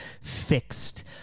fixed